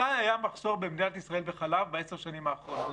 מתי היה במדינת ישראל מחסור בחלב בעשר השנים האחרונות?